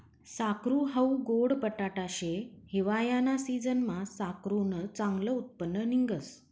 साकरू हाऊ गोड बटाटा शे, हिवायाना सिजनमा साकरुनं चांगलं उत्पन्न निंघस